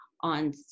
on